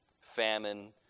Famine